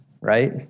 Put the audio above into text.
right